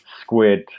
squid